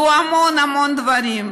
והמון המון דברים,